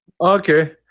okay